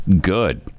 good